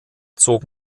zog